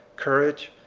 courage,